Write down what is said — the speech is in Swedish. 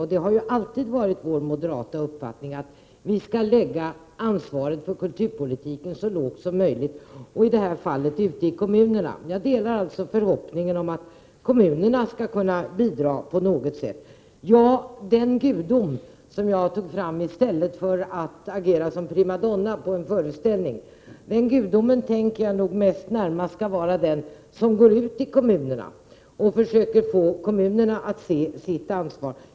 Vi moderater har alltid ansett att ansvaret för kulturpolitiken skall läggas så lågt som möjligt, i detta fall ute i kommunerna. Min förhoppning är således att kommunerna skall kunna bidra på något sätt. Den gudom som jag tog fram i stället för att agera som primadonna på en föreställning tänker jag närmast skall vara den som går ut i kommunerna och försöker få dem att ta sitt ansvar.